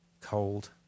cold